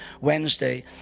Wednesday